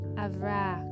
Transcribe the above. avra